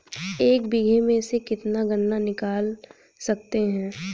एक बीघे में से कितना गन्ना निकाल सकते हैं?